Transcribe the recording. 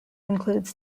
includes